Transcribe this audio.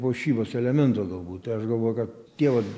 puošybos elemento galbūt tai aš galvoju kad tie vat